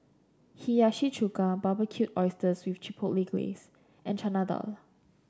Hiyashi Chuka Barbecued Oysters with Chipotle Glaze and Chana Dal